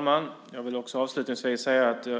Fru talman!